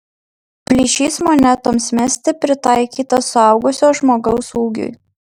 plyšys monetoms mesti pritaikytas suaugusio žmogaus ūgiui